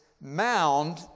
mound